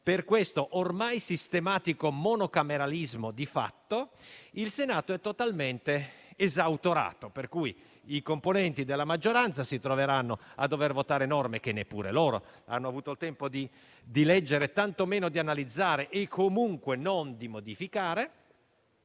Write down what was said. di questo ormai sistematico monocameralismo di fatto, il Senato è totalmente esautorato. Per questo, i componenti della maggioranza si troveranno a dover votare norme che neppure loro hanno avuto il tempo di leggere, tantomeno di analizzare, né, comunque, di modificare;